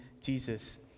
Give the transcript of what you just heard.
Jesus